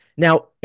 Now